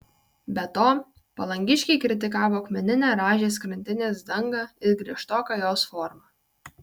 be to palangiškiai kritikavo akmeninę rąžės krantinės dangą ir griežtoką jos formą